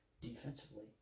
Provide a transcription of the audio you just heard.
defensively